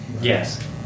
Yes